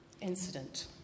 incident